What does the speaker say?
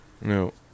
no